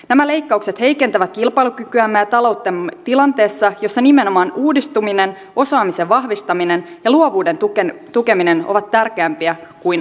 nämä leikkaukset heikentävät kilpailukykyämme ja talouttamme tilanteessa jossa nimenomaan uudistuminen osaamisen vahvistaminen ja luovuuden tukeminen ovat tärkeämpiä kuin aiemmin